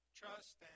trust